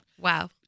Wow